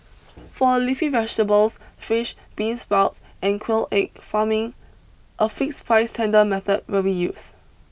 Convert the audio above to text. for leafy vegetables fish bean sprouts and quail egg farming a fixed price tender method will be used